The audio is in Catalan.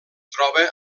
troba